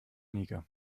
niger